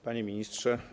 Panie Ministrze!